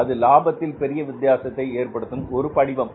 அது லாபத்தில் பெரிய வித்தியாசத்தை ஏற்படுத்தும் ஒரு படிவம்